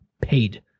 paid